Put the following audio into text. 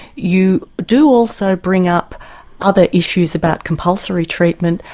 you do also bring up other issues about compulsory treatment,